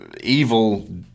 evil